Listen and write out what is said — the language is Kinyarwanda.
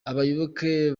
abayoboke